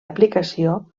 aplicació